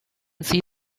see